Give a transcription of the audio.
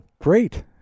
great